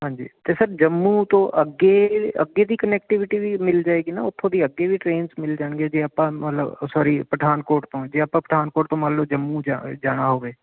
ਹਾਂਜੀ ਅਤੇ ਸਰ ਜੰਮੂ ਤੋਂ ਅੱਗੇ ਅੱਗੇ ਦੀ ਕਨੈਕਟੀਵਿਟੀ ਵੀ ਮਿਲ ਜਾਵੇਗੀ ਨਾ ਉੱਥੋਂ ਦੀ ਅੱਗੇ ਵੀ ਟਰੇਨਸ ਮਿਲ ਜਾਣਗੀਆਂ ਜੇ ਆਪਾਂ ਮਤਲਬ ਸੋਰੀ ਪਠਾਨਕੋਟ ਪਹੁੰਚਦੇ ਹਾਂ ਆਪਾਂ ਪਠਾਨਕੋਟ ਤੋਂ ਮੰਨ ਲਓ ਜੰਮੂ ਜ ਜਾਣਾ ਹੋਵੇ